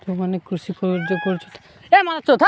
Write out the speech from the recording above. ଯେଉଁମାନେ କୃଷି